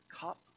cup